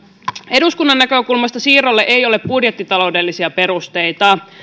eduskunnan näkökulmasta siirrolle ei ole budjettitaloudellisia perusteita